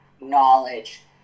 knowledge